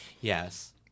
Yes